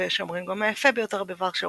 ויש האומרים גם היפה ביותר בוורשה,